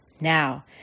Now